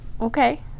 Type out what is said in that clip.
Okay